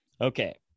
Okay